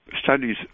studies